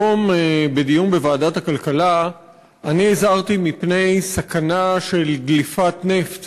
היום בדיון בוועדת הכלכלה הזהרתי מפני סכנה של דליפת נפט